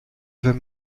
vais